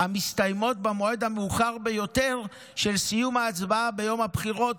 המסתיימות במועד המאוחר ביותר של סיום ההצבעה ביום הבחירות,